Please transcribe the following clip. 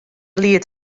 liet